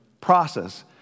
process